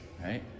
Right